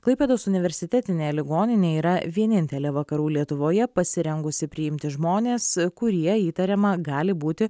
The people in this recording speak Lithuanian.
klaipėdos universitetinė ligoninė yra vienintelė vakarų lietuvoje pasirengusi priimti žmones kurie įtariama gali būti